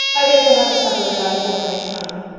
i guess we'll have the supper in about a fortnight's time.